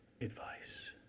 advice